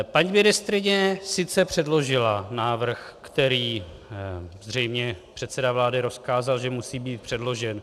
Paní ministryně sice předložila návrh, který zřejmě předseda vlády rozkázal, že musí být předložen.